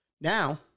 Now